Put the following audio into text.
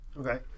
Okay